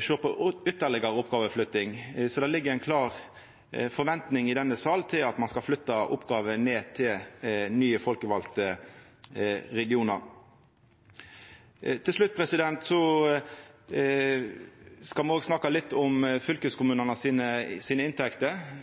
sjå på ytterlegare oppgåveflytting. Så det ligg ei klar forventning i denne salen om at ein skal flytta oppgåver ned til nye folkevalde regionar. Til slutt skal me òg snakka litt om inntektene til fylkeskommunane.